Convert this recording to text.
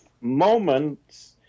moments